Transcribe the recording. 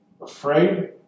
afraid